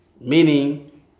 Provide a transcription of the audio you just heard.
Meaning